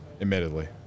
admittedly